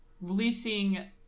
releasing